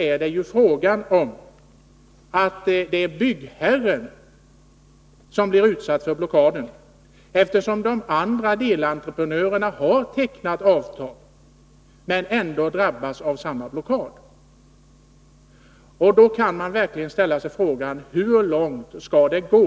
I det här fallet är det ju byggherren som blir utsatt för blockad, eftersom de andra delentreprenörerna har tecknat avtal. Ändå drabbas de av samma blockad. Då kan man verkligen ställa sig frågan: Hur långt skall det gå